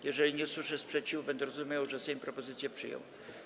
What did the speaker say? Jeżeli nie usłyszę sprzeciwu, będę rozumiał, że Sejm propozycję przyjął.